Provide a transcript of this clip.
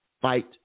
Fight